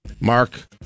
Mark